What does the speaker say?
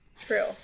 true